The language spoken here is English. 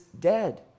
dead